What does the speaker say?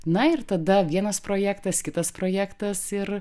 na ir tada vienas projektas kitas projektas ir